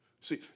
See